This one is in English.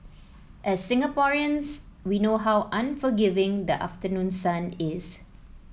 as Singaporeans we know how unforgiving the afternoon sun is